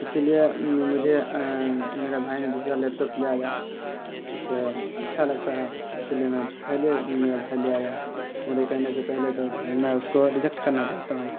اسی لیے مجھے میرا بھائی نے دوسرا لیپٹاپ لے آیا اس سے اچھا لگتا ہے اسی لیے میں پہلے پہلے آیا میرے کہنے سے پہلے تو ہے نا اس کو ریجیکٹ کرنا چاہتا ہوں